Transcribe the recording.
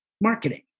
marketing